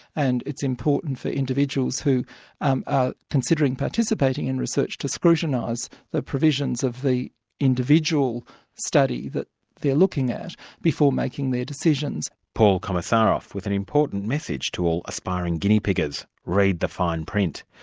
and it's important for individuals who um are considering participating in research to scrutinise the provisions of the individual study that they're looking at before making their decisions. paul komesaroff, with an important message to all aspiring guinea-piggers read the fine print.